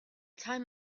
time